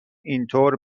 اینطور